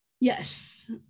Yes